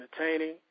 Entertaining